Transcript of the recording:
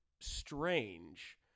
strange